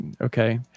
okay